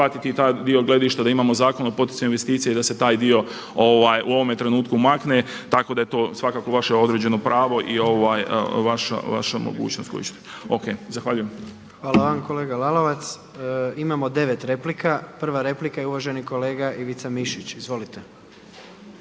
Hvala kolega Lalovac. Imamo 9 replika. Prva replika je uvaženi kolega Ivica Mišić. Izvolite.